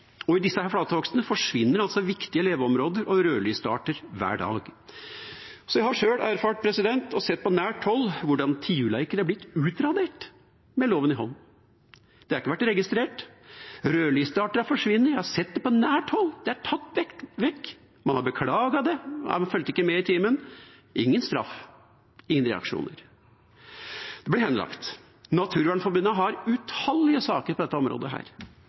I disse flathogstene forsvinner viktige leveområder og rødlistearter hver dag. Jeg har sjøl erfart og sett på nært hold hvordan tiurleiker er blitt utradert med loven i hånd. Det har ikke vært registrert. Rødlistearter har forsvunnet. Jeg har sett det på nært hold. Det er tatt vekk. Man har beklaget det. Man fulgte ikke med i timen. Det er ingen straff, ingen reaksjoner. Det blir henlagt. Naturvernforbundet har utallige saker på dette området.